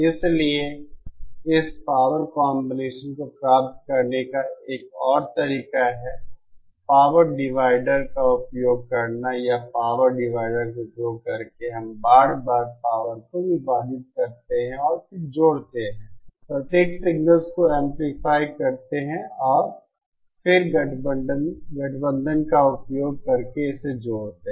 इसलिए इस power combination को प्राप्त करने का एक और तरीका है पावर डिवाइडर का उपयोग करना या पावर डिवाइडर का उपयोग करके हम बार बार पावर को विभाजित करते हैं और फिर जोड़ते हैं फिर प्रत्येक सिगनल्स को एंपलीफाय करते हैं और फिर गठबंधन का उपयोग करके इसे जोड़ते हैं